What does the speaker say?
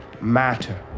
matter